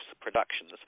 Productions